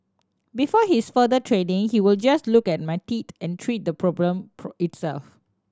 before his further training he would just look at my teeth and treat the problem itself